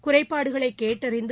குறைபாடுகளை கேட்டறிந்து